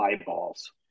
eyeballs